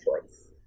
choice